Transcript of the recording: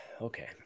Okay